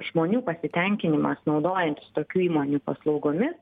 žmonių pasitenkinimas naudojantis tokių įmonių paslaugomis